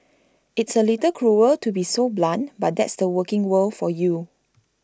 it's A little cruel to be so blunt but that's the working world for you